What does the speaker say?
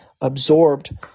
absorbed